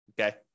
Okay